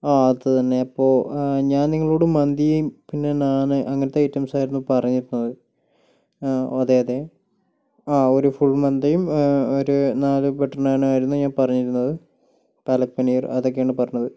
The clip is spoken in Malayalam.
ആ അതുതന്നെ അപ്പോൾ ഞാൻ നിങ്ങളോട് മന്തിയും പിന്നെ നാന് അങ്ങനത്തെ ഐറ്റംസ് ആയിരുന്നു പറഞ്ഞിരുന്നത് അതെ അതെ ആ ഒരു ഫുൾ മന്തിയും ഒരു നാല് ബട്ടർ നാനായിരുന്നു ഞാൻ പറഞ്ഞിരുന്നത് പാലക്ക് പനീർ അതൊക്കെയാണ് പറഞ്ഞത്